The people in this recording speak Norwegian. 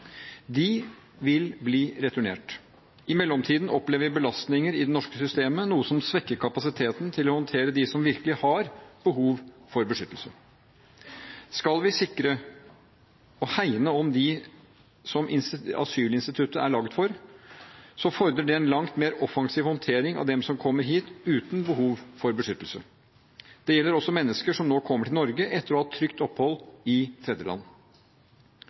De vil bli returnert. I mellomtiden opplever vi belastninger i det norske systemet, noe som svekker kapasiteten til å håndtere dem som virkelig har behov for beskyttelse. Skal vi sikre og hegne om dem som asylinstituttet er lagd for, fordrer det en langt mer offensiv håndtering av dem som kommer hit uten behov for beskyttelse. Det gjelder også mennesker som nå kommer til Norge etter å ha hatt trygt opphold i tredjeland.